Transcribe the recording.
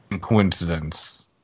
coincidence